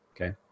Okay